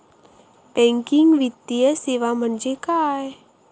Banking वित्तीय सेवा म्हणजे काय?